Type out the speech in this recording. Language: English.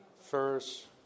First